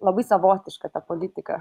labai savotiška ta politika